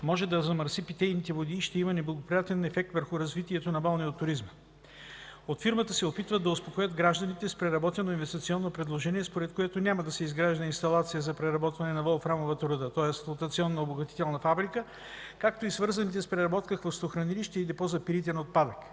може да замърси питейните води и ще има неблагоприятен ефект върху развитието на балнеотуризма. От фирмата се опитват до успокоят гражданите с преработено инвестиционно предложение, според което няма да се изгражда инсталация за преработване на волфрамовата руда, тоест флотационно-обогатителна фабрика, както и свързаните с преработката хвостохранилище и депо за пиритен отпадък,